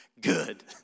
Good